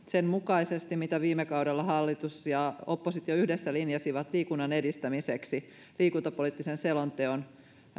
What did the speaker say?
sen mukaisesti mitä viime kaudella hallitus ja oppositio yhdessä linjasivat liikunnan edistämiseksi liikuntapoliittisesta selonteosta